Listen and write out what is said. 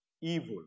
evil